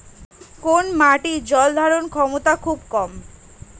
কোন মাটির জল ধারণ ক্ষমতা খুব কম?